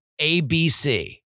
ABC